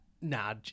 Nah